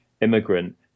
immigrant